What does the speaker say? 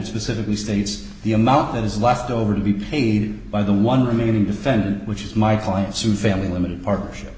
specifically states the amount that is left over to be paid by the one remaining defendant which is my client's suit family limited partnership